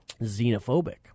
xenophobic